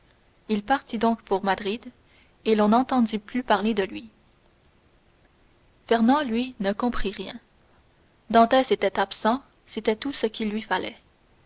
il partit donc pour madrid et l'on n'entendit plus parler de lui fernand lui ne comprit rien dantès était absent c'était tout ce qu'il lui fallait